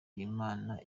imana